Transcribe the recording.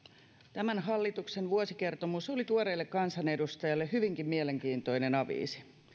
tämän hallituksen vuosikertomus oli tuoreelle kansanedustajalle hyvinkin mielenkiintoinen aviisi